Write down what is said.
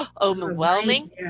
overwhelming